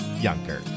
Younger